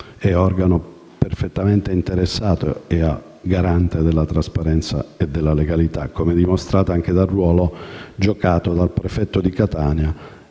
è organo perfettamente interessato e garante della trasparenza e della legalità, come dimostrato anche dal ruolo giocato dal prefetto di Catania,